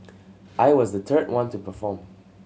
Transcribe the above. I was the third one to perform